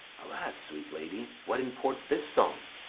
alas, sweet lady, what imports this song?